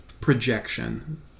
projection